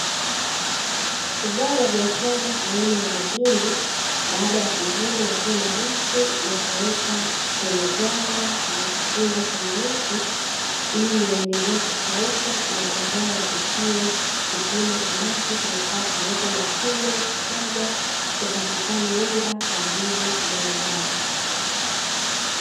Zao la biashara aina ya mahindi, baada ya kuvunwa yakiwa mabichi yakawekwa kwenye ghala na kufungwa kwenye miti; ili yaendelee kukauka na badaye yafikie kipimo ambacho kinafaa kupelekwa mashine kusagwa, upatikane unga kwa ajili ya ugali.